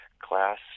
class